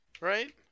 Right